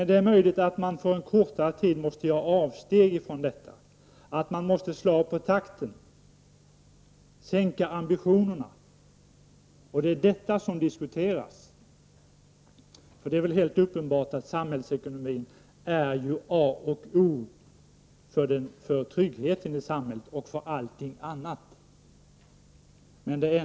Det är möjligt att man en kortare tid måste göra avsteg, att man måste slå av på takten, sänka ambitionerna, och det är detta som diskuteras, för det är väl helt uppenbart att samhällsekonomin är A och O för tryggheten i samhället och för allting annat.